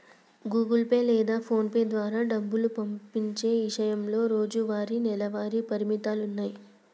Google Pay లేదా PhonePe ద్వారా డబ్బు పంపించే ఇషయంలో రోజువారీ, నెలవారీ పరిమితులున్నాయి